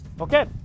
okay